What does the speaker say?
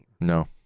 No